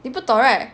你不懂 right